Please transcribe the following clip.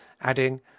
adding